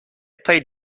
play